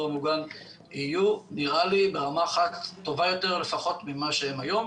המוגן יהיו ברמה אחת טובה יותר לפחות ממה שהם היום.